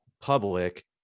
public